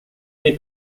n’est